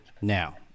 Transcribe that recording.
Now